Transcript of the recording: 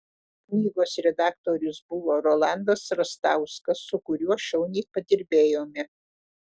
knygos redaktorius buvo rolandas rastauskas su kuriuo šauniai padirbėjome